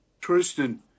Tristan